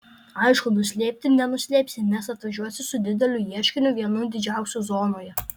aišku nuslėpti nenuslėpsi nes atvažiuosi su dideliu ieškiniu vienu didžiausių zonoje